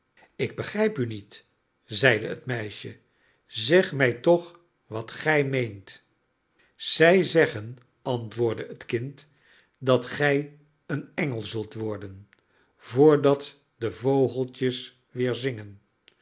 ik begrijp u niet zeide het meisje zeg mij toch wat gij meent zij zeggen antwoordde het kind dat gij een engel zult worden voordat de vogeltjes weer zingen